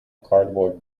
cardboard